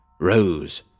rose